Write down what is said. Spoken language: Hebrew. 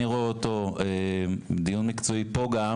איך שאני רואה אותו ולאחר דיון מקצועי גם פה.